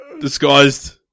disguised